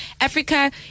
Africa